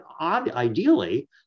ideally